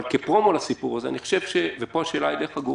אבל כפרומו לסיפור הזה, ופה השאלה אליך גור